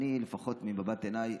אני, לפחות ממבט עיניי,